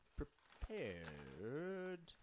prepared